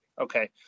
Okay